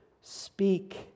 speak